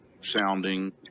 sounding